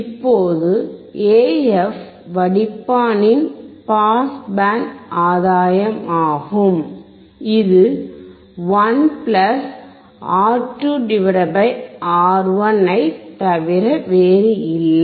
இப்போது AF என்பது வடிப்பானின் பாஸ் பேண்ட் ஆதாயமாகும் இது 1 R2 R1 ஐத் தவிர வேறில்லை